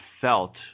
felt